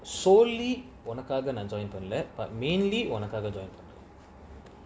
solely உனக்காகநான்:unakaga nan join பண்ணல:pannala but mainly உனக்காக:unakaga join பண்ணுவேன்:pannuven